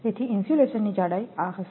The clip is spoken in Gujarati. તેથી ઇન્સ્યુલેશનની જાડાઈ આ હશે